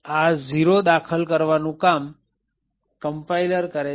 આ ઝીરો દાખલ કરવાનું કામ કમ્પાઈલર કરે છે